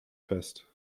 fest